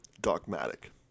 Dogmatic